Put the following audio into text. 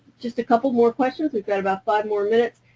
just a couple more questions. we've got about five more minutes.